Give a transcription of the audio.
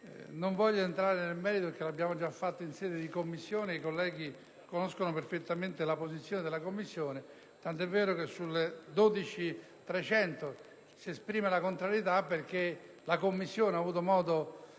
Non voglio entrare nel merito perché lo abbiamo fatto già in Commissione e i colleghi conoscono perfettamente la posizione della Commissione, tant'è vero che sull'emendamento 12.300 si esprime contrarietà, perché la Commissione ha avuto modo